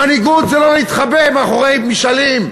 מנהיגות זה לא להתחבא מאחורי משאלים.